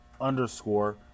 underscore